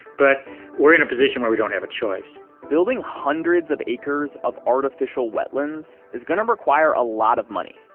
but we're in a position where we don't have a choice building hundreds of acres of artificial wetlands is going to require a lot of money.